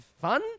fun